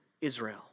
Israel